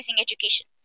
education